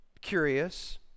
curious